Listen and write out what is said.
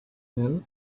help